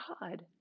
God